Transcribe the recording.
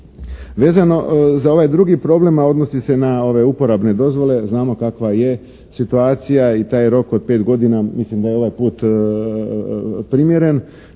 Vezano za ovaj drugi problem, a odnosi se na uporabne dozvole, znamo kakva je situacija i taj rok od 5 godina mislim da je ovaj put primjeren.